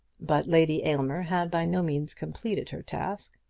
but lady aylmer had by no means completed her task.